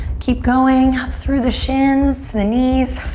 keep going. up through the shins, the knees.